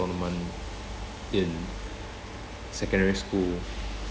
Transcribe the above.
tournament in secondary school